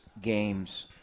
games